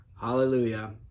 Hallelujah